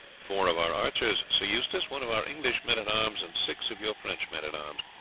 four of our archers, sir eustace, one of our english men-at-arms, and six of your french men-at-arms.